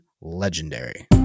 legendary